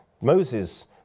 Moses